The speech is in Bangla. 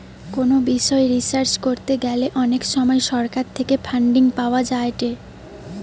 কোনো বিষয় রিসার্চ করতে গ্যালে অনেক সময় সরকার থেকে ফান্ডিং পাওয়া যায়েটে